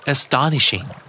Astonishing